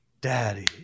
Daddy